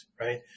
right